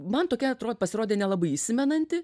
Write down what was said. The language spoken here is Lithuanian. man tokia atro pasirodė nelabai įsimenanti